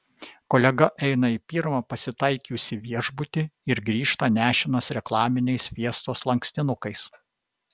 kolega eina į pirmą pasitaikiusį viešbutį ir grįžta nešinas reklaminiais fiestos lankstinukais